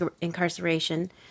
incarceration